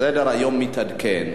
סדר-היום מתעדכן.